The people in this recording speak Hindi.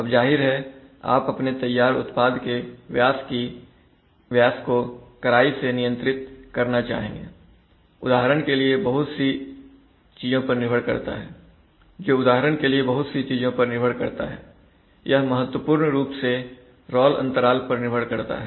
अब जाहिर है आप अपने तैयार उत्पाद के व्यास को कड़ाई से नियंत्रित करना चाहेंगे जो उदाहरण के लिए बहुत सी चीजों पर निर्भर करता है यह महत्वपूर्ण रूप से रॉल अंतराल पर निर्भर करता है